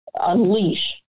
unleash